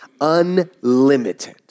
unlimited